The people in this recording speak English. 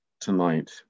tonight